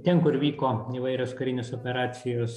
ten kur vyko įvairios karinės operacijos